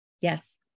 Yes